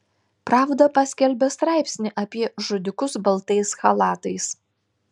pravda paskelbė straipsnį apie žudikus baltais chalatais